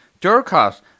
Durkot